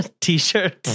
t-shirt